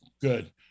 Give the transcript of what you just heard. Good